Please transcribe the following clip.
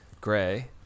Gray